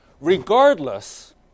regardless